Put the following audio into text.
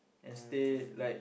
mm